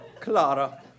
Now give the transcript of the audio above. Clara